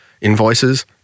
invoices